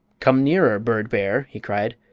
come nearer, bird-bear! he cried.